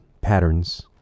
patterns